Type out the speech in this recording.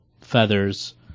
Feathers